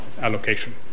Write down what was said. allocation